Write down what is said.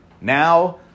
Now